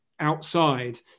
outside